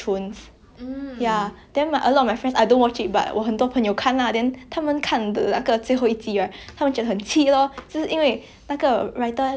他们觉得很气 lor 这是因为那个 writer 乱乱来得 like it's like ya in the end they very angry in the end the good person become the bed person you know